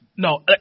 No